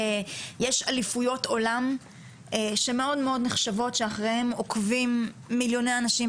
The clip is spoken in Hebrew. יש אליפויות עולם שמאוד מאוד נחשבות שאחריהן עוקבים מיליוני אנשים,